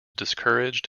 discouraged